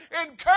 Encourage